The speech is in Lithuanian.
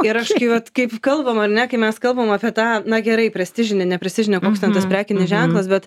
ir aš kai vat kaip kalbam ar ne kai mes kalbam apie tą na gerai prestižinį neprestižinį koks ten tas prekinis ženklas bet